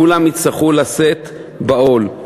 כולם יצטרכו לשאת בעול.